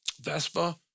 Vespa